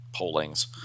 pollings